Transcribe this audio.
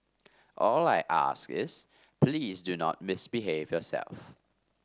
all I ask is please do not misbehave yourself